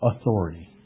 authority